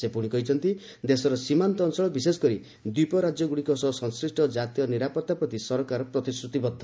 ସେ ପୁଣି କହିଛନ୍ତି ଦେଶର ସୀମାନ୍ତ ଅଞ୍ଚଳ ବିଶେଷକରି ଦ୍ୱୀପରାଜ୍ୟଗୁଡ଼ିକ ସହ ସଂଶ୍ଲିଷ୍ଟ କାତୀୟ ନିରାପତ୍ତା ପ୍ରତି ସରକାର ପ୍ରତିଶ୍ରତିବଦ୍ଧ